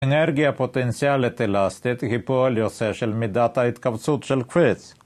אנרגיה פוטנציאלית אלסטית היא פועל יוצא של מידת ההתכווצות של קפיץ.